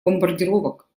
бомбардировок